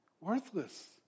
worthless